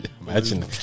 Imagine